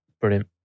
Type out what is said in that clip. Brilliant